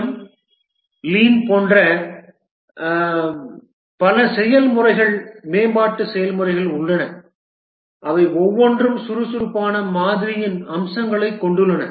M lean போன்றவை போன்ற பல செயல்முறைகள் மேம்பாட்டு செயல்முறைகள் உள்ளன அவை ஒவ்வொன்றும் சுறுசுறுப்பான மாதிரியின் அம்சங்களைக் கொண்டுள்ளன